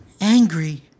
angry